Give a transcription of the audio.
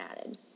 added